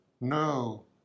No